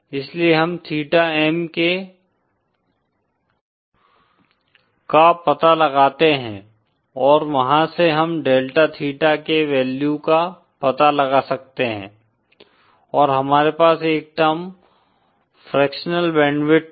इसलिए हम theta M का पता लगाते हैं और वहां से हम डेल्टा थीटा के वैल्यू का पता लगा सकते हैं और हमारे पास एक टर्म फ्रॅक्शनल बैंडविड्थ है